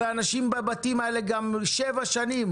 הרי האנשים נמצאים בבתים האלה גם שבע שנים.